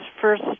first